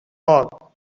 hall